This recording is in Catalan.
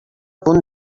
punt